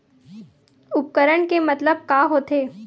उपकरण के मतलब का होथे?